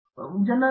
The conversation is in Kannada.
ಪ್ರೊಫೆಸರ್